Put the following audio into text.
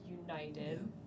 United